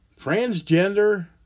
transgender